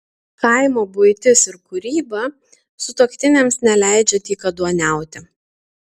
kaimo buitis ir kūryba sutuoktiniams neleidžia dykaduoniauti